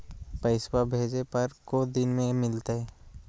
पैसवा भेजे पर को दिन मे मिलतय?